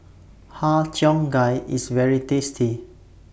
Har Cheong Gai IS very tasty